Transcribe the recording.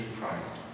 Christ